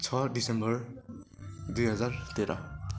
छ दिसम्बर दुई हजार तेह्र